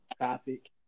topic